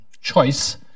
choice